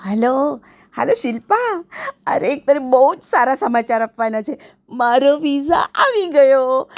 હાલો hello Shilpa અરે તને બહુ જ સારા સમાચાર આપવાનાં છે મારો વિઝા આવી ગયો